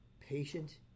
patient